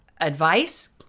advice